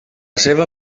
seva